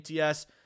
ATS